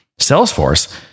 Salesforce